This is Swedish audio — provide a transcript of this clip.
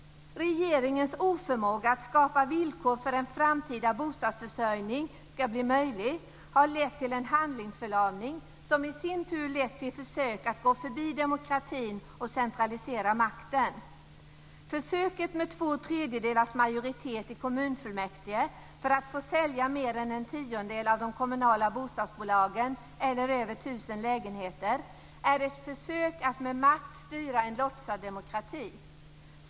Regeringens oförmåga att skapa villkor för att en framtida bostadsförsörjning ska bli möjlig har lett till en handlingsförlamning, som i sin tur lett till försök att gå förbi demokratin och centralisera makten. Försöket med två tredjedels majoritet i kommunfullmäktige för att få sälja mer än en tiondel av de kommunala bostadsbolagen eller över 1 000 lägenheter är ett försök att med makt styra en låtsad demokrati.